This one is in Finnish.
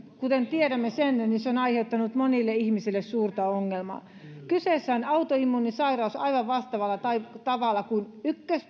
kuten tiedämme se on aiheuttanut monille ihmisille suurta ongelmaa kyseessä on autoimmuunisairaus aivan vastaavalla tavalla kuin